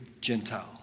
Gentile